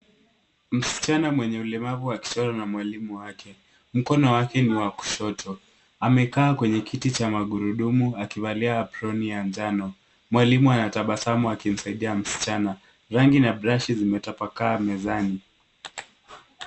Msichana mwenye ulemavu wakichora na mwalimu wake, mkono wake ni wa kushoto. Amekaa kwenye kiti cha magurudumu akivalia aproni ya njano. Mwalimu anatabasamu akimsaidia msichana. Rangi na brashi zimetapakaa mezani.